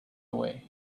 away